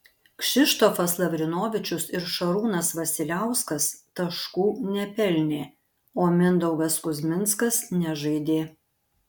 kšištofas lavrinovičius ir šarūnas vasiliauskas taškų nepelnė o mindaugas kuzminskas nežaidė